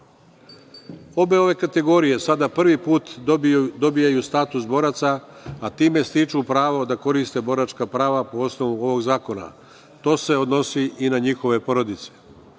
Obe ove kategorije sada po prvi put dobijaju status boraca, a time stiče pravo da koriste boračka prava po osnovu ovog zakona. To se odnosi i na njihove porodice. Na